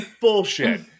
bullshit